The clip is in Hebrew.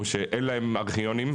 או שאין להם ארכיוניים?